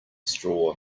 straw